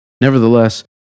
Nevertheless